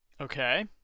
Okay